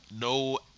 no